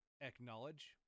acknowledge